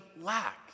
lack